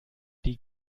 die